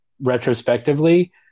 retrospectively